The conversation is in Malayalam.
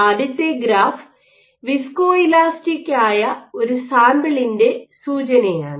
ആദ്യത്തെ ഗ്രാഫ് വിസ്കോഇലാസ്റ്റിക് ആയ ഒരു സാമ്പിളിന്റെ സൂചനയാണ്